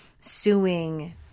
suing